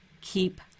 keep